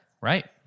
Right